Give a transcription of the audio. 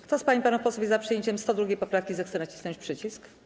Kto z pań i panów posłów jest za przyjęciem 102. poprawki, zechce nacisnąć przycisk.